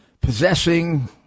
possessing